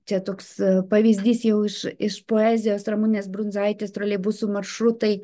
čia toks pavyzdys jau iš iš poezijos ramunės brundzaitės troleibusų maršrutai